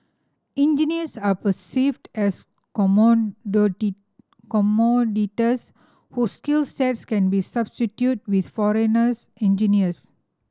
engineers are perceived as commodities whose skills sets can be substituted with foreigners engineers